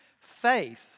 Faith